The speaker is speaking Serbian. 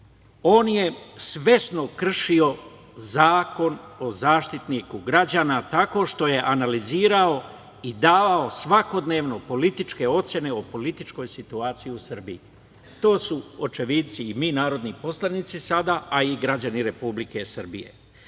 on je svesno kršio Zakon o Zaštitniku građana tako što je analizirao i davao svakodnevno političke ocene o političkoj situaciji u Srbiji. Tu su očevici, mi kao narodni poslanici a i građani Republike